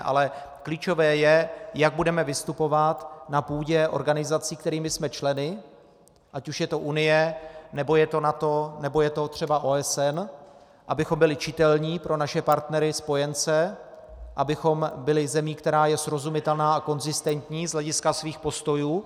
Ale klíčové je, jak budeme vystupovat na půdě organizací, kterých jsme členy, ať už je to Unie, nebo je to NATO, nebo je to třeba OSN, abychom byli čitelní pro naše partnery, spojence, abychom byli zemí, která je srozumitelná a konzistentní z hlediska svých postojů.